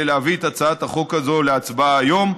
להביא את הצעת החוק הזאת להצבעה היום: